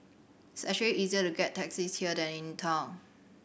easier to get taxis here than in town